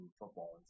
football